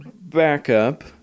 backup